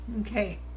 Okay